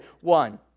one